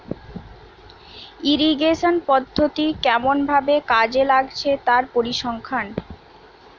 irrigation পদ্ধতি কেমন ভাবে কাজে লাগছে তার পরিসংখ্যান